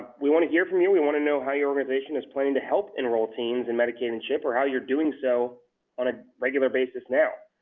we want to hear from you, we want to know how your organization is planning to help enroll teens in medicaid and chip or how you're doing so on a regular basis now.